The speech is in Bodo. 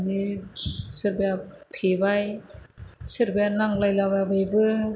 मानि सोरबाया फेबाय सोरबाया नांलायला बायबायबो